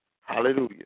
Hallelujah